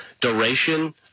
duration